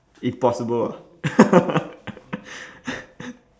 if possible ah